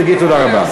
תגיד תודה רבה.